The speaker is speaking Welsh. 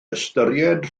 ystyried